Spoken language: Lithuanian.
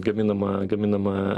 gaminama gaminama